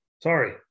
Sorry